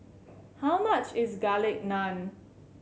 how much is Garlic Naan